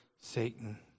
Satan